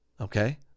okay